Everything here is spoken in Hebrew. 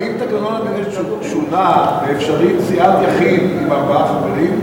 האם תקנון הכנסת שונה ואפשרי סיעת יחיד עם ארבעה חברים?